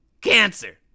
cancer